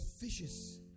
fishes